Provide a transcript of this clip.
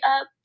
up